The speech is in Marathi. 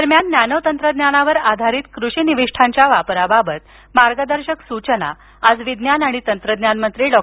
दरम्यान नॅनोतंत्रज्ञानावर आधारित कृषि निविष्ठांच्या वापराबाबत मार्गदर्शक सूचना आज विज्ञान आणि तंत्रज्ञान मंत्री डॉ